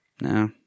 no